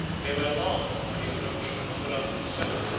they were alarmed by the approach of amurath himself,